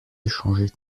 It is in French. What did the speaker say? échanger